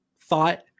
thought